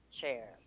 chair